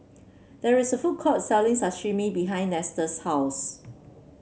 there is a food court selling Sashimi behind Nestor's house